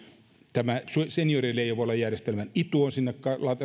seniorineuvolajärjestelmän itu joka on sinne